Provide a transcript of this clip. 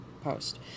post